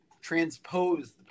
transpose